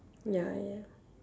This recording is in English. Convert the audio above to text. ya ya ya